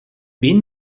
wen